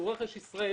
הוא רכש ישראלי.